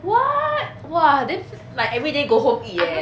what !wah! then like everyday go home eat eh